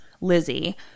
Lizzie